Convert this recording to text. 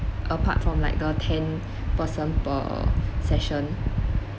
apart from like the ten person per session